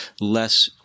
less